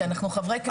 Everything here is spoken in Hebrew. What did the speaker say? כי אנחנו חברי כנסת,